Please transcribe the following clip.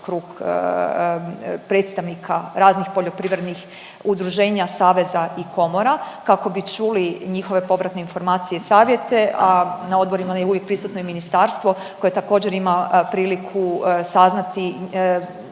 kako bi čuli njihove povratne informacije i savjete, a na odborima je uvijek prisutno i ministarstvo koje također ima priliku saznati